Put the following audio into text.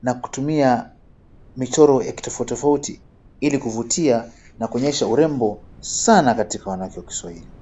na kutumia michoro ya kitofauti tofauti ilikuvutia na kuonyesha urembo sana katika wanawake wa kiswahili.